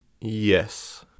Yes